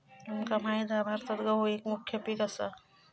तुमका माहित हा भारतात गहु एक मुख्य पीक असा